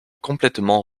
complètement